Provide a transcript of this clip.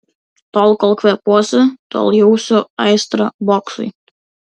tol kol kvėpuosiu tol jausiu aistrą boksui